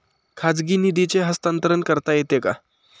खाजगी निधीचे हस्तांतरण करता येते का?